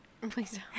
Please